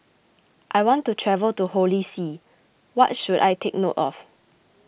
I want to travel to Holy See what should I take note of